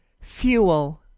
Fuel